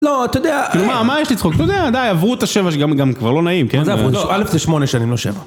לא, אתה יודע... מה יש לצחוק? אתה יודע, די, עברו את השבע שגם כבר לא נעים, כן? מה זה עברו את השבע? אלף זה שמונה שנים, לא שבע.